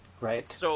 right